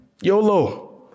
YOLO